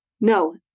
no